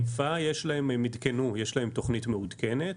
בחיפה יש להם תוכנית מעודכנת.